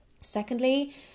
Secondly